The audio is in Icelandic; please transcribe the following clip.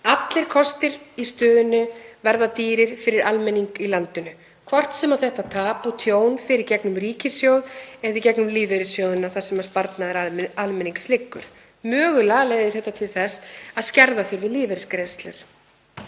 Allir kostir í stöðunni verða dýrir fyrir almenning í landinu, hvort sem þetta tap og tjón fer í gegnum ríkissjóð eða í gegnum lífeyrissjóðina þar sem sparnaður almennings liggur. Mögulega leiðir þetta til þess að skerða þurfi lífeyrisgreiðslur.